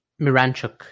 Miranchuk